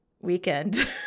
weekend